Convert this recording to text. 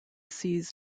sees